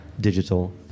digital